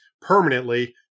permanently